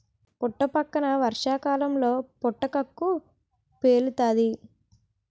పుట్టపక్కన వర్షాకాలంలో పుటకక్కు పేలుతాది